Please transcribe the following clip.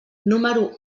número